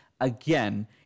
Again